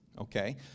Okay